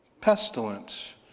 pestilent